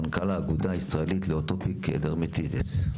מנכ"ל האגודה הישראלית לאטופיק דרמטיטיס.